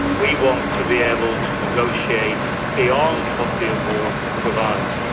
we want to be able to negotiate beyond what the award provides.